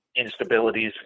instabilities